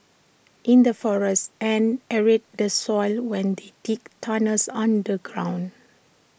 in the forests ants aerate the soil when they dig tunnels underground